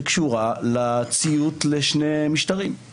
שקשורה לציות לשני משטרים,